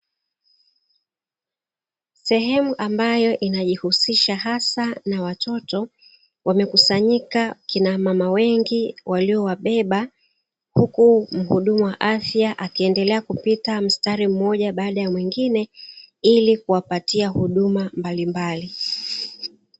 Sehemu ambayo inayojihusisha hasa na watoto, wamekusanyika wakina mama wengi waliowabeba, huku mhudumu wa afya akiendelea kupita msitari mmoja baada ya mwingine ili kuwapatia huduma mbalimbali.